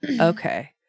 okay